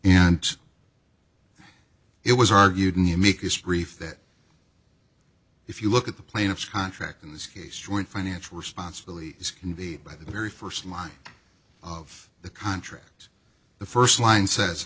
and it was argued and you make history for that if you look at the plaintiff's contract in this case joint financial responsibility is conveyed by the very first line of the contract the first line says